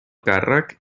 càrrec